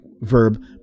verb